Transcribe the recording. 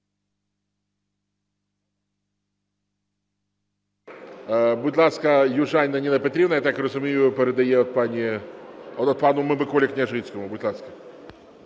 Будь ласка, Южаніна Ніна Петрівна. Я так розумію, передає пану Миколі Княжицькому. Будь ласка.